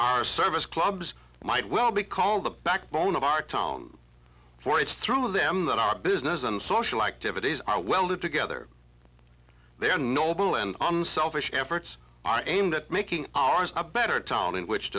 our service clubs might well be called the backbone of our town for it's through them that our business and social activities are welded together they are noble and unselfish efforts are aimed at making ours a better town in which